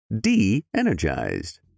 de-energized